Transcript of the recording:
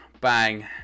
Bang